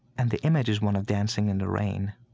and the image is one of dancing in the rain,